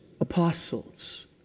apostles